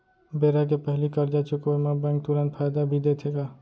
बेरा के पहिली करजा चुकोय म बैंक तुरंत फायदा भी देथे का?